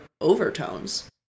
overtones